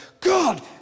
God